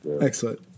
Excellent